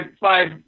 five